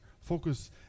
Focus